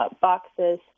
boxes